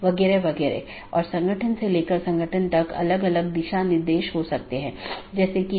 16 bit से 216 संख्या संभव है जो कि एक बहुत बड़ी संख्या है